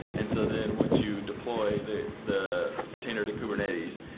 and so then once you deploy the the container to kubernetes,